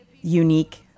unique